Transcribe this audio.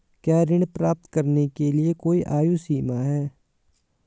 क्या ऋण प्राप्त करने के लिए कोई आयु सीमा है?